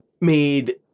made